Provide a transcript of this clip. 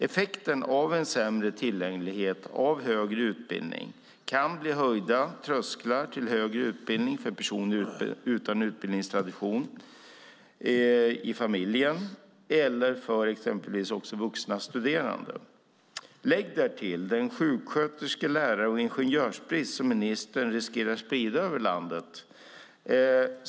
Effekten av en sämre tillgänglighet till högre utbildning kan bli höjda trösklar till högre utbildning för personer utan utbildningstradition i familjen eller för exempelvis vuxna studerande. Lägg därtill den sjuksköterske-, lärar och ingenjörsbrist som ministern riskerar att sprida över landet.